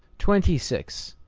twenty six.